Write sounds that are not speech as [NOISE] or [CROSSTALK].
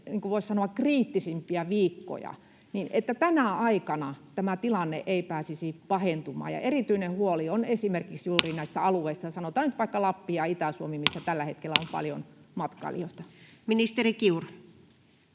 kriittisimpiä viikkoja, niin tänä aikana tämä tilanne ei pääsisi pahentumaan? Erityinen huoli on esimerkiksi juuri [NOISE] näistä alueista, sanotaan nyt vaikka Lappi ja Itä-Suomi, missä tällä hetkellä on paljon matkailijoita. Ministeri Kiuru.